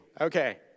Okay